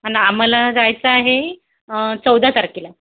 अन् आम्हाला जायचं आहे चौदा तारखेला